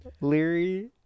Leary